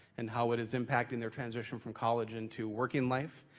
and how it is impacting their transition from college into working life,